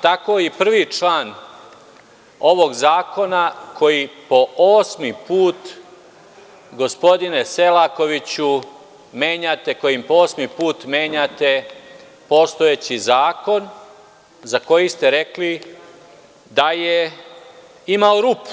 Tako i prvi član ovog zakona koji po osmi put, gospodine Selakoviću, menjate, kojim osmi put menjate postojeći zakon, za koji ste rekli da je imao rupu,